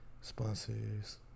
sponsors